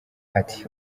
ati